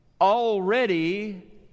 already